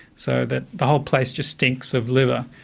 so that the whole place just stinks of liver,